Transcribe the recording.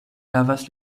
lavas